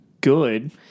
good